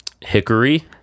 Hickory